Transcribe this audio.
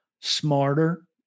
smarter